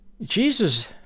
Jesus